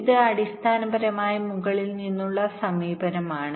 ഇത് അടിസ്ഥാനപരമായി മുകളിൽ നിന്നുള്ള സമീപനമാണ്